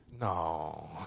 No